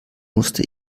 musste